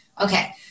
Okay